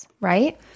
Right